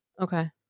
Okay